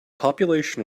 population